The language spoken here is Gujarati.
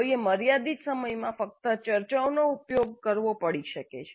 કોઈએ મર્યાદિત સમયમાં ફક્ત ચર્ચાઓનો ઉપયોગ કરવો પડી શકે છે